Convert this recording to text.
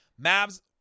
Mavs